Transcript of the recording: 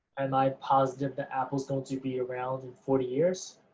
and i positive that apple's going to be around in forty years?